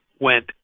went